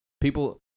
people